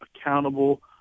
accountable